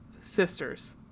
sisters